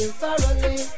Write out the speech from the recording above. thoroughly